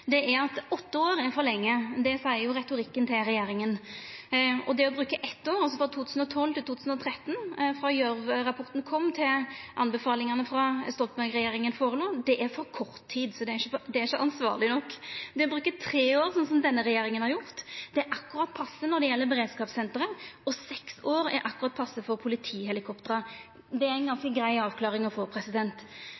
åtte år er for lenge. Det seier retorikken til regjeringa. Det å bruka eitt år, frå 2012 til 2013 – frå Gjørv-rapporten kom, til anbefalingane frå Stoltenberg-regjeringa låg føre – er for kort tid og ikkje ansvarleg nok, medan det å bruka tre år, som denne regjeringa har gjort, er akkurat passe når det gjeld beredskapssenteret, og seks år er akkurat passe for politihelikoptra. Det er